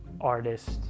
artist